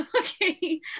Okay